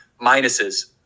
minuses